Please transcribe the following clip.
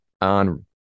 on